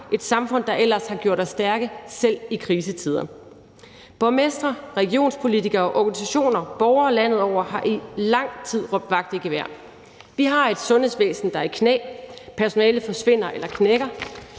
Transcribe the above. et samfund, der ellers har gjort os stærke selv i krisetider. Borgmestre, regionspolitikere, organisationer og borgere landet over har i lang tid råbt vagt i gevær. Vi har et sundhedsvæsen, der er i knæ. Personalet forsvinder eller knækker.